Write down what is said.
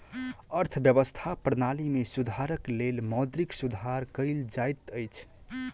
अर्थव्यवस्था प्रणाली में सुधारक लेल मौद्रिक सुधार कयल जाइत अछि